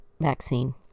vaccine